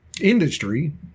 industry